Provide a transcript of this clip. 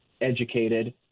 educated